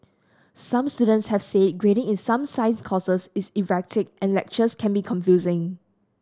some students have said grading in some science courses is erratic and lectures can be confusing